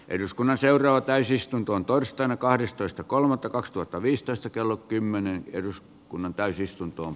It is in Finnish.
eduskunnan seuraa täysistuntoon torstaina kahdestoista kolmatta kaksituhattaviisitoista kello kymmenen eduskunnan tulevaisuudessa